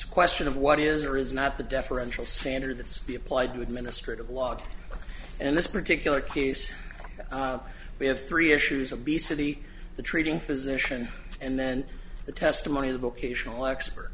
a question of what is or is not the deferential standards be applied to administrative law in this particular case we have three issues obesity the treating physician and then the testimony of the vocational expert